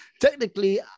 technically